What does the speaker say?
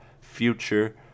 Future